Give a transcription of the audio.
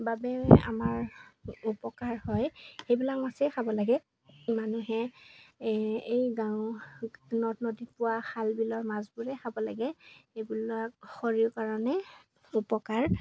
বাবেই আমাৰ উপকাৰ হয় সেইবিলাক মাছেই খাব লাগে মানুহে এই গাঁও নদ নদীত পোৱা খাল বিলৰ মাছবোৰে খাব লাগে সেইবিলাক শৰীৰৰ কাৰণে উপকাৰ